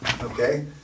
okay